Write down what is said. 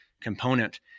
component